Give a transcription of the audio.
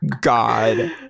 God